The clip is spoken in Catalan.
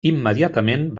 immediatament